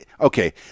okay